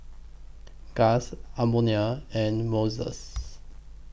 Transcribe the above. Gust Edmonia and Moses